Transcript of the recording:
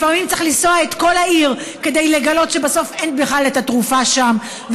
לפעמים צריך לנסוע את כל העיר כדי לגלות שבסוף אין את התרופה שם בכלל.